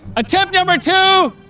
attempt number two,